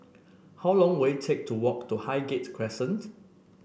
how long will it take to walk to Highgate Crescent